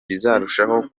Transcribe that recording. bizarushaho